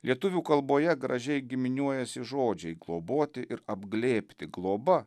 lietuvių kalboje gražiai giminiuojasi žodžiai globoti ir apglėbti globa